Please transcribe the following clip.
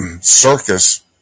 circus